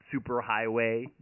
superhighway